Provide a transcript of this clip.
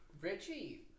Richie